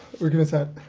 we're getting set.